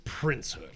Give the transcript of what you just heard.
princehood